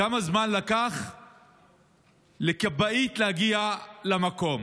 וכמה זמן לקח לכבאית להגיע למקום?